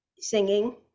singing